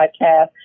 Podcast